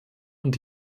und